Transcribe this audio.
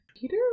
Peter